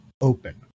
Open